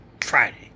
Friday